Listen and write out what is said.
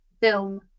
film